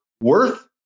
worth